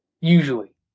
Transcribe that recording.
Usually